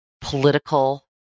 political